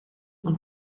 und